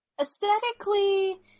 Aesthetically